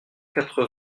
quatre